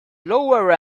lower